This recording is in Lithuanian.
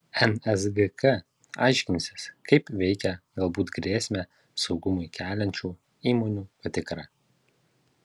nsgk aiškinsis kaip veikia galbūt grėsmę saugumui keliančių įmonių patikra